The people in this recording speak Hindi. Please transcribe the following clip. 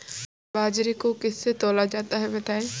बाजरे को किससे तौला जाता है बताएँ?